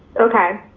okay.